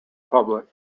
public